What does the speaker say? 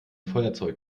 feuerzeug